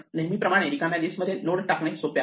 नेहमी प्रमाणे रिकाम्या लिस्ट मध्ये नोड टाकणे सोपे आहे